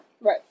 Right